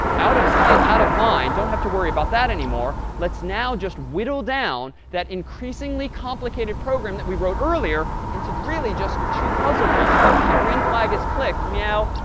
out of sight, out of mind, don't have to worry about that anymore. let's now just whittle down that increasingly complicated program that we wrote earlier into, really, just two puzzle pieces. when the green flag is clicked, meow,